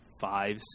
five